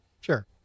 Sure